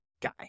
guy